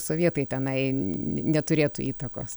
sovietai tenai neturėtų įtakos